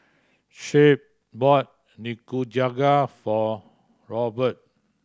Shep bought Nikujaga for Robert